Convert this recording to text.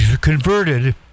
converted